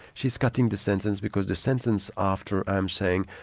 she's cutting the sentence because the sentence after i'm saying,